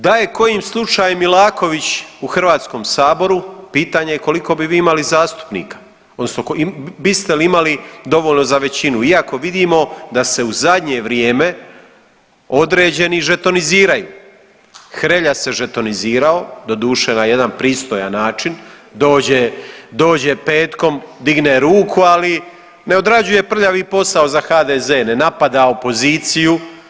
Da je kojim slučajem Milaković u HS pitanje je koliko bi vi imali zastupnika odnosno biste li imali dovoljno za većinu iako vidimo da se u zadnje vrijeme određeni žetoniziraju, Hrelja se žetonizirao, doduše na jedan pristojan način, dođe, dođe petkom digne ruku, ali ne odrađuje prljavi posao za HDZ, ne napada opoziciju.